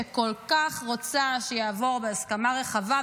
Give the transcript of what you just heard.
שכל כך רוצה שיעבור בהסכמה רחבה,